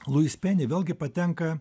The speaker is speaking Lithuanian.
luis peni vėlgi patenka